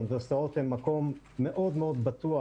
האוניברסיטאות הן מקום בטוח מאוד,